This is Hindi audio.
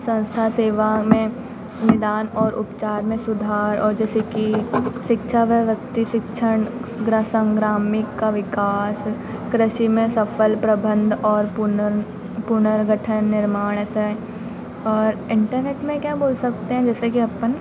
संस्था सेवाओं में निदान और उपचार में सुधार और जैसे कि शिक्षा व्यभक्ति शिक्षण संग्रामिक का विकास कृषि में सफल प्रबंध और पुनर पुणर्गठन निर्माण ऐसे और इंटरनेट में क्या बोल सकते हैं जैसे कि अपन